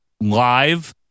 live